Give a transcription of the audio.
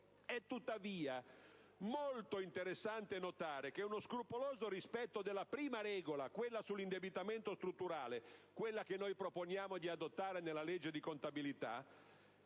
È tuttavia molto interessante notare che uno scrupoloso rispetto della prima regola, quella sull'indebitamento strutturale, che noi proponiamo di adottare nella legge di contabilità,